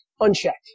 unchecked